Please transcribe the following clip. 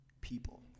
people